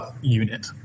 unit